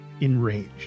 enraged